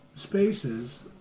spaces